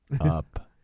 up